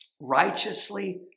righteously